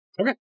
Okay